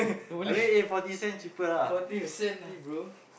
no really forty cent only bro